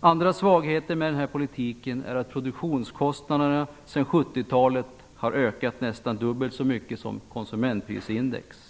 Andra svagheter med den här politiken är att produktionskostnaderna har ökat nästan dubbelt så mycket som konsumentprisindex sedan 70-talet.